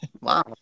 wow